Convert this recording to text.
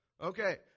Okay